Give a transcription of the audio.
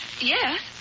Yes